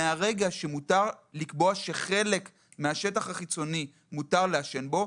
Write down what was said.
מהרגע שמותר לקבוע שחלק מהשטח החיצוני מותר לעשן בו,